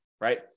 right